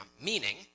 meaning